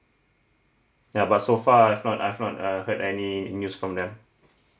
ya but so far I've not I've not uh heard any news from them